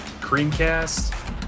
Creamcast